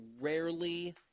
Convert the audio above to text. rarely